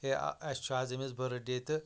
یا اَسہِ چھُ آز أمِس بٔرٕڑ ڈے تہٕ